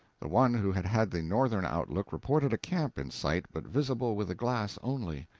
the one who had had the northern outlook reported a camp in sight, but visible with the glass only.